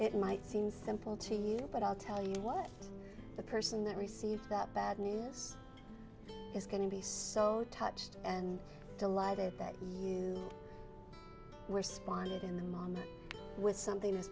it might seem simple to you but i'll tell you what the person that received that bad news is going to be so touched and delighted that you were spotted in the mom with something